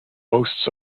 boasts